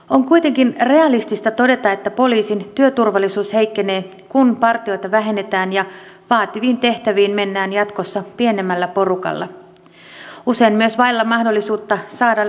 on kuitenkin realistista todeta että poliisin työturvallisuus heikkenee kun partioita vähennetään ja vaativiin tehtäviin mennään jatkossa pienemmällä porukalla usein myös vailla mahdollisuutta saada apujoukkoja